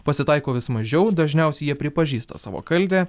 pasitaiko vis mažiau dažniausiai jie pripažįsta savo kaltę